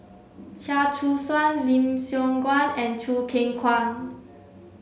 Chia Choo Suan Lim Siong Guan and Choo Keng Kwang